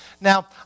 Now